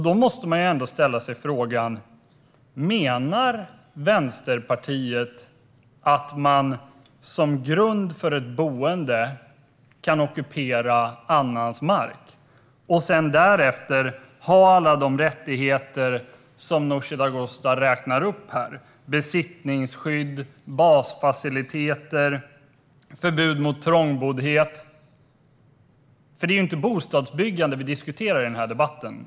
Då måste man ställa sig frågan: Menar Vänsterpartiet att man som grund för ett boende kan ockupera annans mark och därefter ha alla de rättigheter som Nooshi Dadgostar räknar upp: besittningsskydd, basfaciliteter och förbud mot trångboddhet? Det är ju inte bostadsbyggande vi diskuterar i den här debatten.